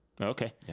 okay